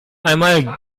einmal